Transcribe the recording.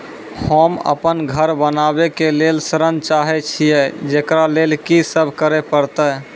होम अपन घर बनाबै के लेल ऋण चाहे छिये, जेकरा लेल कि सब करें परतै?